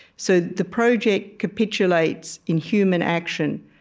so the project capitulates, in human action,